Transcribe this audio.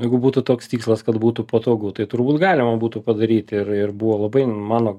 jeigu būtų toks tikslas kad būtų patogu tai turbūt galima būtų padaryti ir ir buvo labai mano